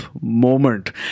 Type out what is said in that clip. moment